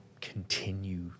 continue